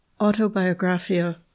Autobiographia